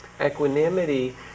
equanimity